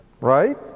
right